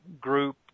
group